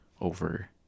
over